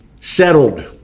Settled